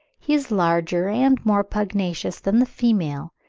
he is larger and more pugnacious than the female,